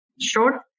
short